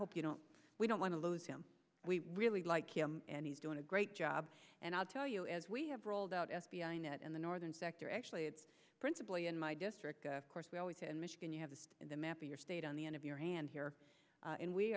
hope you don't we don't want to lose him we really like him and he's doing a great job and i'll tell you as we have rolled out f b i net in the northern sector actually it's principally in my district course we always say in michigan you have the map in your state on the end of your hand here and we